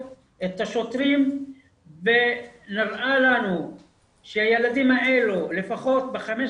את השוטרים ונראה לנו שהילדים האלה לפחות ב-15,